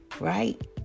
right